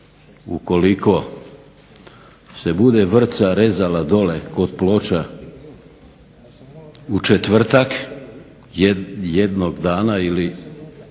ukoliko se bude vrpca rezala dolje kod Ploča u četvrtak jednog dana ili